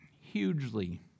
hugely